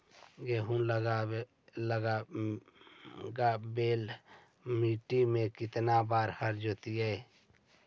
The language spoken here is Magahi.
गेहूं लगावेल मट्टी में केतना बार हर जोतिइयै?